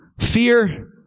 fear